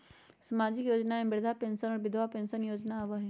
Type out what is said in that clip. सामाजिक योजना में वृद्धा पेंसन और विधवा पेंसन योजना आबह ई?